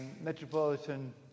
Metropolitan